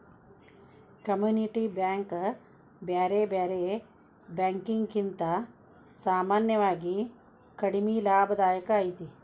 community bank ಬ್ಯಾರೆ ಬ್ಯಾರೆ ಬ್ಯಾಂಕಿಕಿಗಿಂತಾ ಸಾಮಾನ್ಯವಾಗಿ ಕಡಿಮಿ ಲಾಭದಾಯಕ ಐತಿ